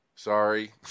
Sorry